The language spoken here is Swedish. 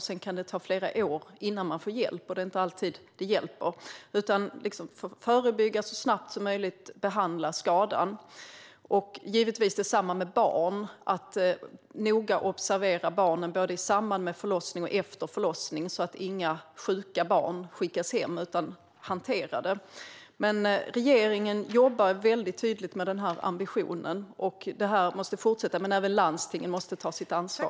Sedan kan det ta flera år innan man får hjälp, och det är inte alltid det hjälper heller, utan det handlar om att förebygga och så snabbt som möjligt behandla skadan. Detsamma gäller givetvis för barnen. Det gäller att noga observera barnen både i samband med förlossningen och efter förlossningen så att inga sjuka barn skickas hem. Regeringen jobbar väldigt tydligt med den här ambitionen, och det måste fortsätta. Även landstingen måste ta sitt ansvar.